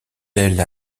elle